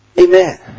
Amen